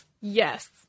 Yes